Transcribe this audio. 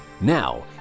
now